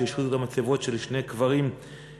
שהשחיתו את המצבות של שני קברים בבית-קברות